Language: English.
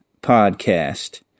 Podcast